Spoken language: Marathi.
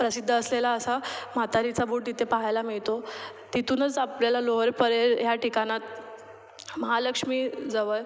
प्रसिद्ध असलेला असा म्हातारीचा बूट इथे पहायला मिळतो तिथूनच आपल्याला लोअर परेल ह्या ठिकाणात महालक्ष्मीजवळ